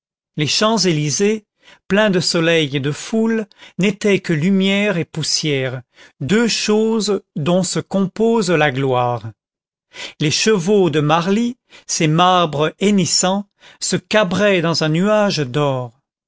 les champs-élysées pleins de soleil et de foule n'étaient que lumière et poussière deux choses dont se compose la gloire les chevaux de marly ces marbres hennissants se cabraient dans un nuage d'or